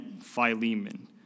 Philemon